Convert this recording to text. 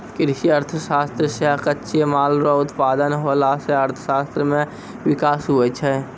कृषि अर्थशास्त्र से कच्चे माल रो उत्पादन होला से अर्थशास्त्र मे विकास हुवै छै